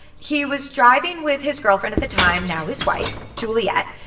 he was driving with his girlfriend at the time, now his wife, juliet,